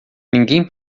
ninguém